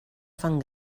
fan